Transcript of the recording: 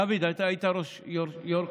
דוד, אתה היית יו"ר קואליציה.